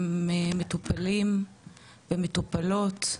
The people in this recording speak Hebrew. הם מטופלים ומטופלות,